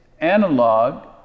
analog